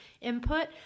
input